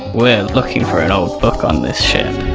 we're looking for an old book on this ship.